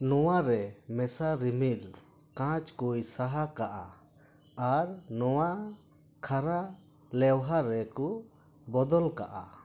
ᱱᱚᱣᱟᱨᱮ ᱢᱮᱥᱟ ᱨᱤᱢᱤᱞ ᱠᱟᱸᱪ ᱠᱚᱭ ᱥᱟᱦᱟᱠᱟᱜᱼᱟ ᱟᱨ ᱱᱚᱣᱟ ᱠᱷᱟᱨᱟ ᱞᱮᱣᱦᱟ ᱨᱮᱠᱳ ᱵᱚᱫᱚᱞ ᱠᱟᱜᱼᱟ